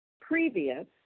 previous